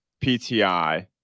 PTI